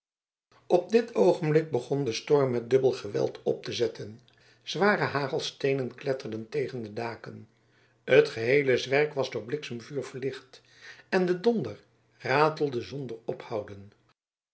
op dit oogenblik begon de storm met dubbel geweld op te zetten zware hagelsteenen kletterden tegen de daken het geheele zwerk was door bliksemvuur verlicht en de donder ratelde zonder ophouden